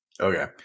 Okay